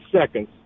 seconds